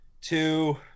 two